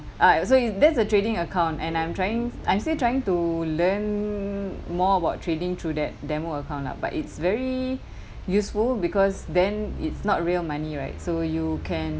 uh so that's a trading account and I'm trying I'm still trying to learn more about trading through that demo account lah but it's very useful because then it's not real money right so you can